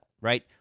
right